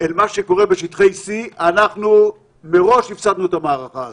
אל מה שקורה בשטחי C אנחנו מראש הפסדנו את המערכה הזו.